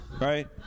right